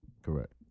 Correct